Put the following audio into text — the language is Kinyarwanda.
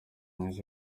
mwiza